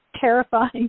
terrifying